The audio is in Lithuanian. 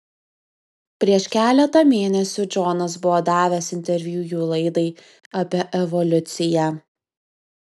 prieš keletą mėnesių džonas buvo davęs interviu jų laidai apie evoliuciją